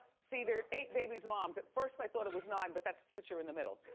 see, they're eight babies moms. at first, i thought it was nine, but that's future in the middle.